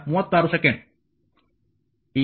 ಈಗ 2